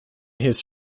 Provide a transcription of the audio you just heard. his